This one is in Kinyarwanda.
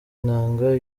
inanga